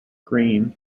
greene